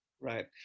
Right